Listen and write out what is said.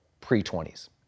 pre-20s